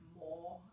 more